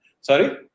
Sorry